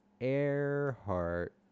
Earhart